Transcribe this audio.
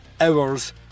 hours